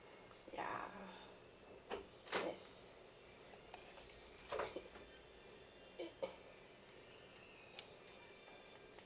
ya yes